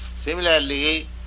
Similarly